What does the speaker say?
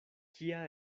kia